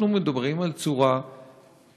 אנחנו מדברים על צורה לא-אפשרית,